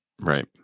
Right